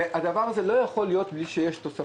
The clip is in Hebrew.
אך הדבר הזה לא יכול לעבוד ללא תוספות.